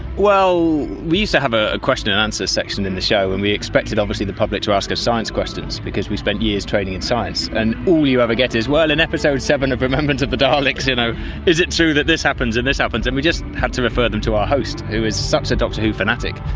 well, we used to have a question and answer section in the show, and we expected obviously the public to ask us science questions because we spent years training in science, and all you ever get is, well, in episode seven of remembrance of the daleks, ah is it true that this happens and this happens and we just had to refer them to our host who is such a doctor who fanatic.